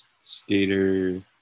skater